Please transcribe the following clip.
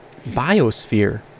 Biosphere